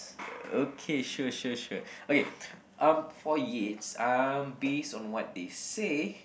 okay sure sure sure okay um for Yates uh based on what they say